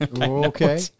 Okay